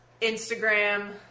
Instagram